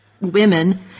women